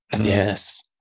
Yes